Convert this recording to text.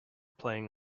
playing